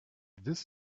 this